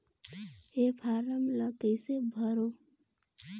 ये फारम ला कइसे भरो?